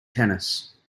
tennis